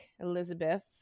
Elizabeth